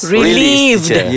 Relieved